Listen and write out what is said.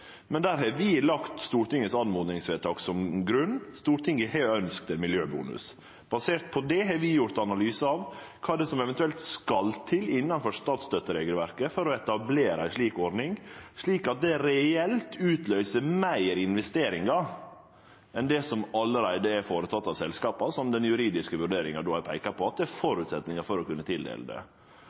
vi lagt Stortingets oppmodingsvedtak til grunn. Stortinget har ønskt ein miljøbonus. Basert på det har vi gjort ein analyse av kva som eventuelt skal til innanfor statsstøtteregelverket for å etablere ei slik ordning, slik at det reelt utløyser meir investeringar enn det selskapa allereie har gjort, som den juridiske vurderinga har peika på er føresetnaden for å kunne tildele det.